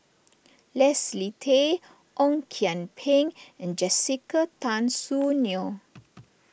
Leslie Tay Ong Kian Peng and Jessica Tan Soon Neo